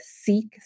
Seek